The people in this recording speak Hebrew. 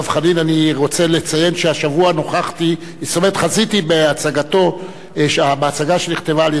אני רוצה לציין שהשבוע חזיתי בהצגה שנכתבה על-ידי א.ב.